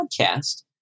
podcast